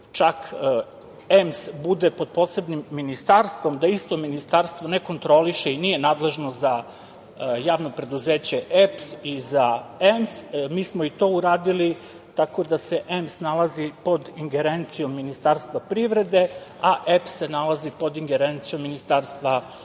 da EMS bude pod posebnim ministarstvom, da isto ministarstvo ne kontroliše i nije nadležno za javno preduzeće EPS i za EMS. Mi smo i to uradili, tako da se EMS nalazi pod ingerencijom Ministarstva privrede, a EPS se nalazi pod ingerencijom Ministarstva